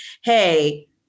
hey